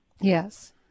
Yes